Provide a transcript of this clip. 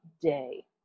day